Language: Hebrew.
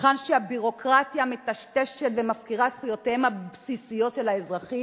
היכן שהביורוקרטיה מטשטשת ומפקירה את זכויותיהם הבסיסיות של האזרחים,